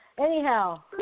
Anyhow